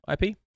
IP